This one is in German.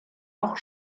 auch